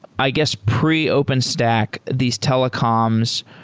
i guess pre openstack, these telecoms,